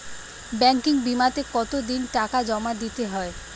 Banking বিমাতে কত দিন টাকা জমা দিতে হয়?